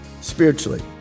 spiritually